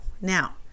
now